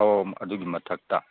ꯑꯣ ꯑꯗꯨꯒꯤ ꯃꯊꯛꯇ